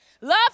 Love